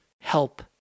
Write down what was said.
help